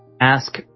Ask